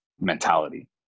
mentality